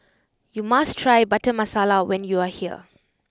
you must try Butter Masala when you are here